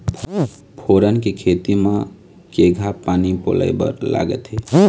फोरन के खेती म केघा पानी पलोए बर लागथे?